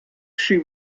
she